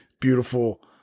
beautiful